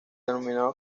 denominado